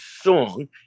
song